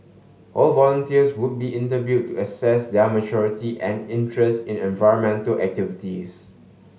all volunteers would be interviewed to assess their maturity and interest in environmental activities